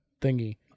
thingy